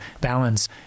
balance